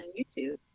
YouTube